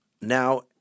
now